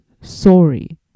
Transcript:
sorry